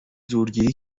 زورگیری